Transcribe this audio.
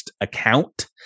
account